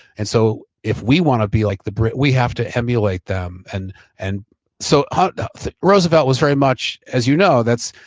and so if we want to be like the brit, we have to emulate them and and so ah ah roosevelt was very much as you know, that's,